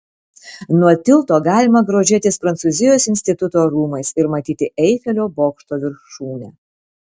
nuo tilto galima grožėtis prancūzijos instituto rūmais ir matyti eifelio bokšto viršūnę